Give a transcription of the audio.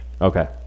okay